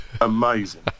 Amazing